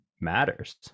matters